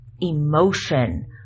emotion